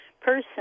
person